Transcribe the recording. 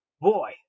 Boy